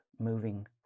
moving